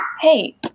hey